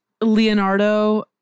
Leonardo